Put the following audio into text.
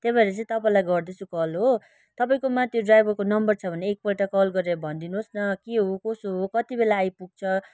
त्यही भएर चाहिँ तपाईँलाई गर्दैछु कल हो तपाईँकोमा त्यो ड्राइभरको नम्बर छ भने एक पल्ट कल गरेर भनिदिनु होस् न के हो कसो हो कति बेला आइपुग्छ